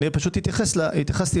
התייחסתי